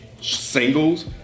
singles